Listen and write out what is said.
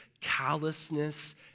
callousness